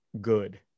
good